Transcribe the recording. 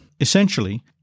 Essentially